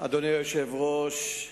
אדוני היושב-ראש,